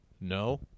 no